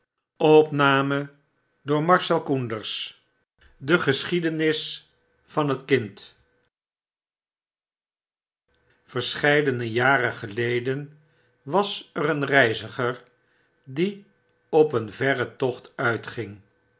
de geschiedenis van het kind verscheidene jaren geleden was er een reiziger die op een verren tocht uitging